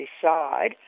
decide